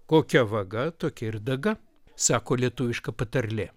kokia vaga tokia ir daga sako lietuviška patarlė